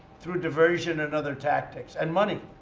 through diversion and other tactics, and money.